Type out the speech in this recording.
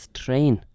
train